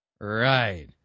Right